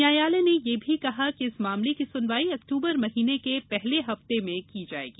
न्यायालय ने यह भी कहा कि इस मामले की सुनवाई अक्टूबर माह के पहले हफ़ते में की जाएगी